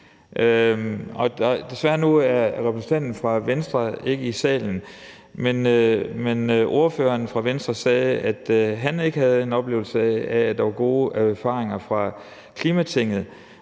Desværre er repræsentanten for Venstre ikke i salen nu, men ordføreren for Venstre sagde, at han ikke havde en oplevelse af, at der var gode erfaringer fra klimaborgertinget.